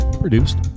produced